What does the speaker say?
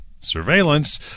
surveillance